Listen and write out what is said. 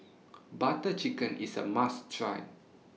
Butter Chicken IS A must Try